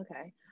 Okay